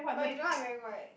but you don't like wearing white